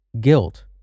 guilt